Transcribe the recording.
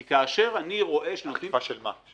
כי כאשר אני רואה שנותנים --- אכיפה של מה?